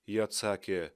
ji atsakė